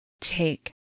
take